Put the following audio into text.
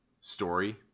story